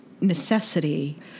necessity